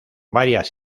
varias